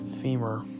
femur